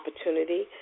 opportunity